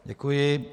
Děkuji.